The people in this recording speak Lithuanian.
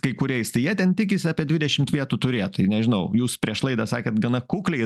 kai kuriais tai jie ten tikisi apie dvidešimt vietų turėt tai nežinau jūs prieš laidą sakėt gana kukliai